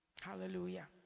Hallelujah